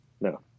no